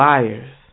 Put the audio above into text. Liars